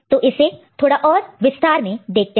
तो इसे थोड़ा और विस्तार में देखते हैं